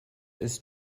ist